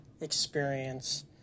experience